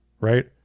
right